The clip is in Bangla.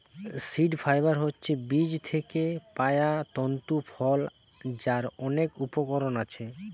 সীড ফাইবার হচ্ছে বীজ থিকে পায়া তন্তু ফল যার অনেক উপকরণ আছে